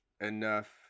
enough